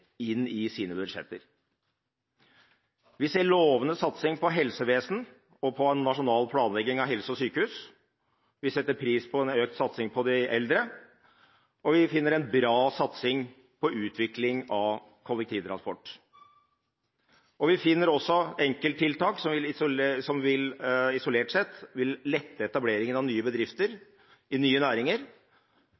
inn i sine budsjetter. Vi ser lovende satsing på helsevesen og på en nasjonal planlegging av helse og sykehus. Vi setter pris på en økt satsing på de eldre, og vi finner en bra satsing på utvikling av kollektivtransport. Vi finner også enkelttiltak som isolert sett vil lette etableringen av nye bedrifter